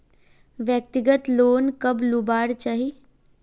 व्यक्तिगत लोन कब लुबार चही?